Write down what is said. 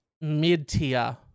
mid-tier